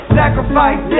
sacrifice